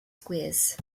squares